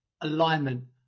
alignment